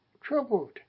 troubled